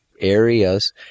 areas